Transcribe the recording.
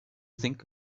think